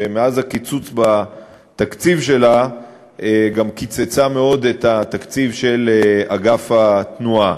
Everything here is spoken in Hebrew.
שמאז הקיצוץ בתקציב שלה גם קיצצה מאוד את התקציב של אגף התנועה.